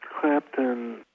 Clapton